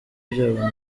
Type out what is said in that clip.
byabo